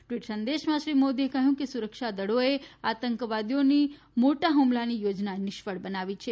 tweet સંદેશમાં શ્રી મોદીએ કહ્યું કે સુરક્ષા દળોએ આતંકવાદીઓની મોટા હમલાની યોજના નિષ્ફળ બનાવી છે